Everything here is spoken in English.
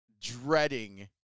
dreading